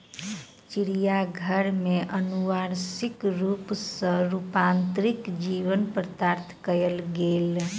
चिड़ियाघर में अनुवांशिक रूप सॅ रूपांतरित जीवक प्रदर्शन कयल गेल